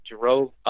drove